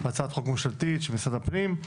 הצעת חוק ממשלתית של משרד הפנים,